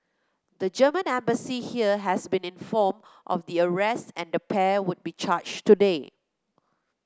the Germany Embassy here has been informed of the arrests and the pair would be charged today